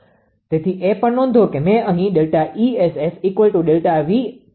તેથી એ પણ નોંધો કે મેં અહીં ΔESS ΔPv𝑆𝑆 0